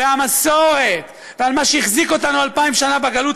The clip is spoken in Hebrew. על המסורת ועל מה שהחזיק אותנו אלפיים שנה בגלות,